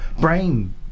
brain